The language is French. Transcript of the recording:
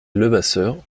levasseur